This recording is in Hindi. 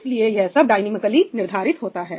इसलिए यह सब डायनॉमिकली निर्धारित होता है